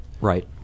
right